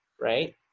right